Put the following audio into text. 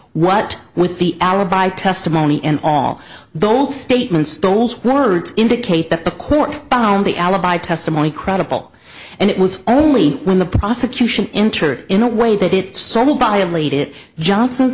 what with the alibi testimony and all those statements doles words indicate that the court found the alibi testimony credible and it was only when the prosecution entered in a way that it somehow by late it johnson's